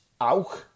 auch